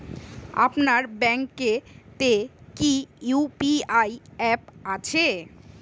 আপনার ব্যাঙ্ক এ তে কি ইউ.পি.আই অ্যাপ আছে?